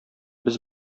без